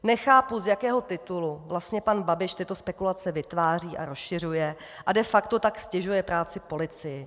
Nechápu, z jakého titulu vlastně pan Babiš tyto spekulace vytváří a rozšiřuje, a de facto tak ztěžuje práci policii.